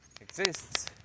exists